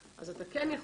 אז אתה כן יכול.